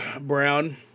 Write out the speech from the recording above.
brown